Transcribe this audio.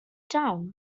town